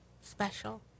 special